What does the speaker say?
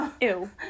ew